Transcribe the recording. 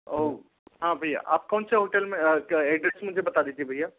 ओ हाँ भैया आप कौन से होटल में एड्रेस मुझे बता दीजिए भैया